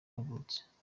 yavutse